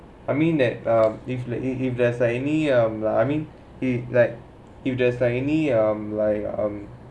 I mean like uh if there's like any um lah I mean he like if there's like any um like um